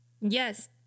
yes